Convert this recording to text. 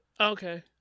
Okay